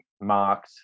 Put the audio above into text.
marked